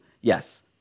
Yes